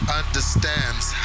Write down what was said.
understands